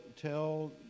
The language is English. tell